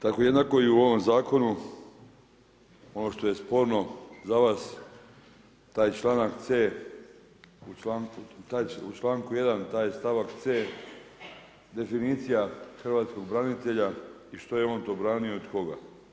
Tako jednako i u ovom zakonu ono što je sporno za vas taj članak C u članku 1. taj stavak C definicija hrvatskog branitelja i što je on to branio i od koga.